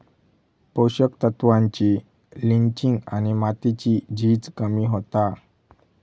पोषक तत्त्वांची लिंचिंग आणि मातीची झीज कमी होता